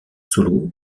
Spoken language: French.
solo